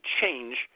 change